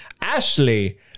Ashley